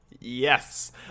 yes